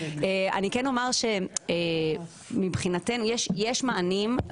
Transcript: כן אומר, שמבחינתנו יש מענים.